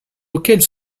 auxquels